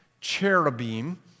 cherubim